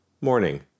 Morning